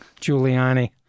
Giuliani